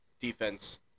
defense